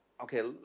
okay